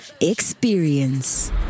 Experience